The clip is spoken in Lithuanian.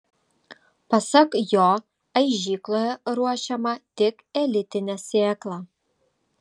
pasak jo aižykloje ruošiama tik elitinė sėkla